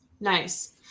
Nice